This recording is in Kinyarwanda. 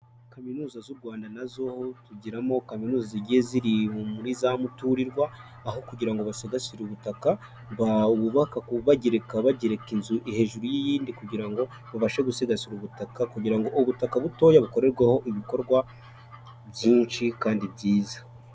Kaminuza z'u Rwanda na zo tugiramo kaminuza zigiye ziri muri za muturirwa. Aho kugira ngo basigasirare ubutaka, bubaka bagereka inzu hejuru y'iyindi, kugira ngo babashe gusigasira ubutaka, kugira ngo ubutaka butoya, bukorerweho ibikorwa byinshi kandi byiza.